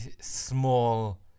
small